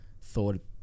thought